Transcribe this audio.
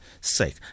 sake